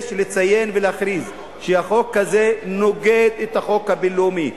יש לציין ולהכריז שהחוק הזה נוגד את החוק הבין-לאומי,